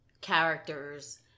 characters